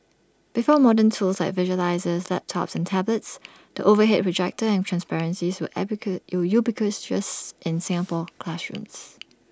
before modern tools like visualisers laptops and tablets the overhead projector and transparencies were ubiquitous dress in Singapore classrooms